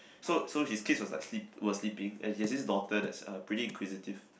so so his kids was like sleep was sleeping and he has this daughter that's uh pretty inquisitive